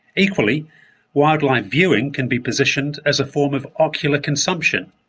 equally wildlife viewing can be positioned as a form of ocular consumption,